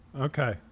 okay